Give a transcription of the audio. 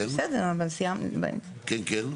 כן, כן?